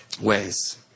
ways